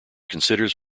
considers